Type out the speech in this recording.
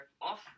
off